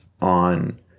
on